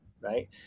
right